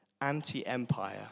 anti-empire